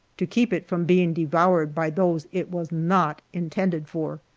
to keep it from being devoured by those it was not intended for.